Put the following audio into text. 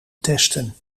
testen